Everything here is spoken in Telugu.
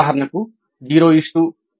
ఉదాహరణ 0 0 2